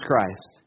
Christ